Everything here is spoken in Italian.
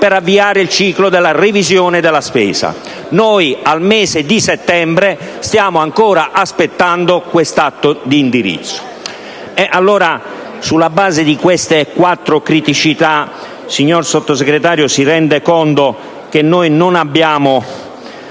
per avviare il ciclo della revisione della spesa. Al mese di settembre stiamo ancora aspettando questo atto di indirizzo. Allora, sulla base di queste quattro criticità, signor Sottosegretario, si rende conto che non abbiamo